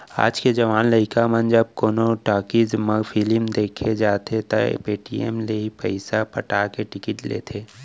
आज के जवान लइका मन जब कोनो टाकिज म फिलिम देखे बर जाथें त पेटीएम ले ही पइसा पटा के टिकिट लेथें